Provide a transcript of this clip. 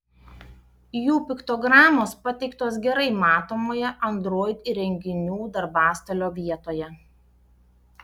jų piktogramos pateiktos gerai matomoje android įrenginių darbastalio vietoje